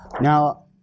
Now